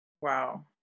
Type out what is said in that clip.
Wow